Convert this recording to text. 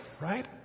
right